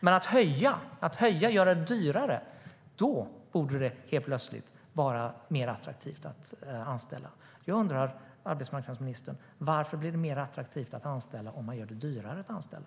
Men om man gör det dyrare borde det helt plötsligt vara mer attraktivt att anställa. Jag undrar, arbetsmarknadsministern: Varför blir det mer attraktivt att anställa om man gör det dyrare att anställa?